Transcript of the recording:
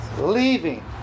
leaving